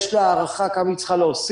יש לה הערכה כמה היא צריכה להוסיף.